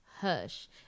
Hush